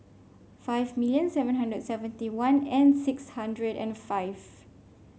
five million seven hundred seventy one and six hundred and five